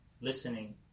listening